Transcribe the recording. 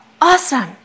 awesome